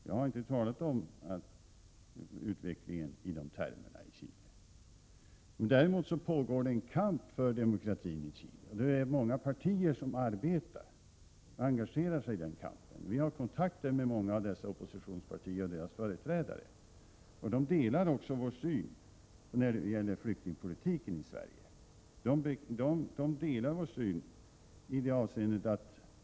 Jag har inte talat om utvecklingen i Chile i dessa termer. Däremot pågår det i Chile en kamp för demokratin, och många partier engagerar sig i kampen. Vi har kontakter med många av oppositionspartiernas företrädare. Dessa personer delar också vår syn när det gäller den svenska flyktingpolitiken.